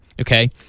Okay